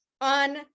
on